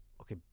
Okay